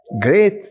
great